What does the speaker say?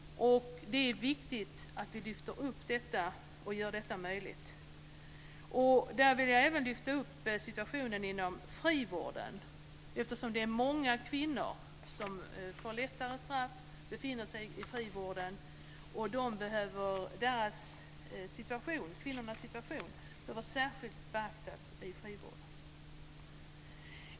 Det är viktigt att vi lyfter upp denna fråga. Jag vill även lyfta fram situationen inom frivården. Det är många kvinnor som får lättare straff och befinner sig i frivården. Deras situation i frivården behöver särskilt beaktas.